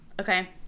Okay